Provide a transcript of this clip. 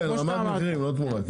כן רמת המחירים לא תמורה.